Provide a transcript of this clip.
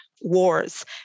wars